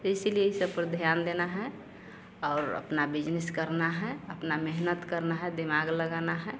तो इसलिए सब पर ध्यान देना है और अपना बिजनिस करना है अपना मेहनत करना है दिमाग लगाना है